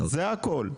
זה הכול.